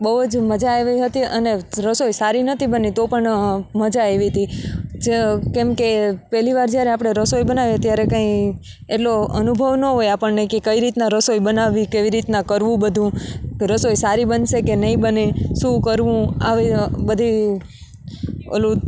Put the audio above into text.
બહુજ મઝા આવી હતી અને રસોઈ સારી નહોતી બની તો પણ મજા આવી હતી કેમકે પહેલીવાર જ્યારે આપણે રસોઈ બનાવીએ ત્યારે કાંઇ એટલો અનુભવ ન હોય આપણને કે કઈ રીતનાં રસોઈ બનાવવી કેવી રીતનાં કરવું બધું રસોઈ સારી બનશે કે નહીં બને શું કરવું આવી બધી ઓલું